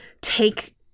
take